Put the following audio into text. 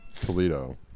Toledo